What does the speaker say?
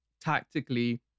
tactically